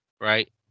right